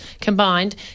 combined